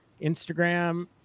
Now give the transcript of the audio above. instagram